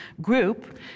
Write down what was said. group